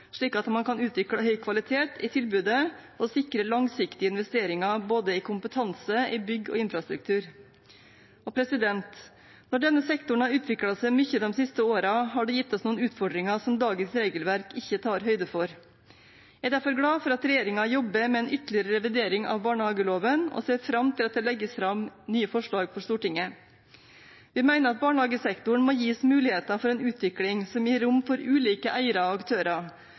slik at man kan utvikle høy kvalitet i tilbudet og sikre langsiktige investeringer både i kompetanse og i bygg og infrastruktur. Da denne sektoren har utviklet seg mye de siste årene, har det gitt oss noen utfordringer som dagens regelverk ikke tar høyde for. Jeg er derfor glad for at regjeringen jobber med en ytterligere revidering av barnehageloven, og ser fram til at det legges fram nye forslag for Stortinget. Vi mener at barnehagesektoren må gis muligheter for en utvikling som gir rom for ulike eiere og aktører,